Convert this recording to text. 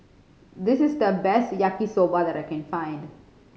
this is the best Yaki Soba that I can find